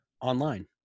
online